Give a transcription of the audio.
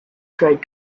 tried